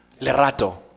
Lerato